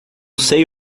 sei